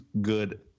good –